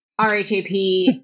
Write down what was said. RHAP